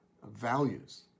values